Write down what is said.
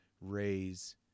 raise